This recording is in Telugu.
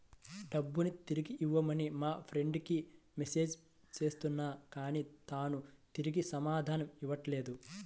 డబ్బుని తిరిగివ్వమని మా ఫ్రెండ్ కి మెసేజ్ చేస్తున్నా కానీ తాను తిరిగి సమాధానం ఇవ్వట్లేదు